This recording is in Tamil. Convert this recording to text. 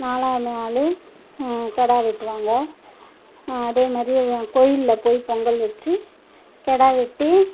நாலாவது நாள் கிடா வெட்டுவாங்க அதே மாதிரியே கோயிலில் போய் பொங்கல் வெச்சு கிடா வெட்டி